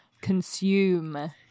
consume